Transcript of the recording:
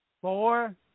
Four